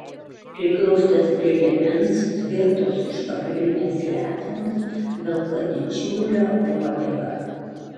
priglaustos prie liemens tvirtos užpakalinės letenos velka didžiulę uodegą